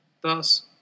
Thus